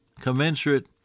commensurate